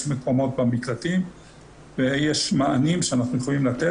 יש מקומות במקלטים ויש מענים שאנחנו יכולים לתת,